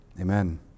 Amen